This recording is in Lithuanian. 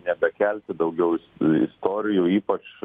nebekelti daugiau istorijų ypač